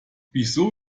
wieso